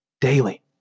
daily